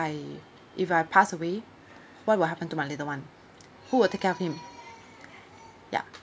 I if I passed away what will happen to my little one who will take care of him ya